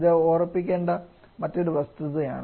ഇത് ഓർമ്മിക്കേണ്ട മറ്റൊരു വസ്തുതയാണ്